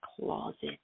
closet